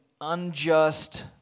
unjust